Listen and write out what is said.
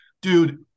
dude